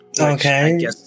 Okay